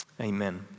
Amen